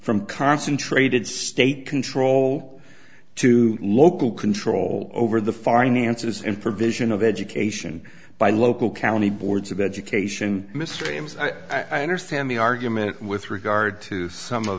from concentrated state control to local control over the finances and provision of education by local county boards of education mr james i understand the argument with regard to some of